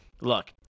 Look